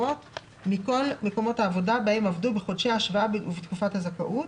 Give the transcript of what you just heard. מכל מקומות העבודה בהם עבדו בחודשי ההשוואה ובתקופת הזכאות.